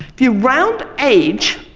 if you round age,